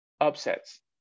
upsets